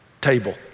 table